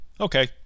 Okay